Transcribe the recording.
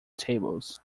tables